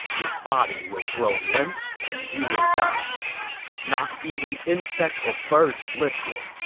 your body will grow limp, and you will die not even insects or birds live here,